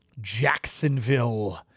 Jacksonville